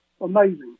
Amazing